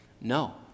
No